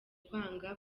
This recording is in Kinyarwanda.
kwanga